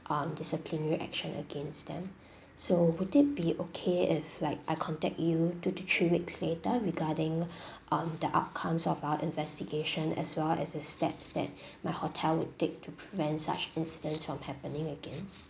um disciplinary action against them so would it be okay if like I contact you two to three weeks later regarding on the outcomes of our investigation as well as the steps that my hotel would take to prevent such incidents from happening again